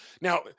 Now